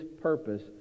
purpose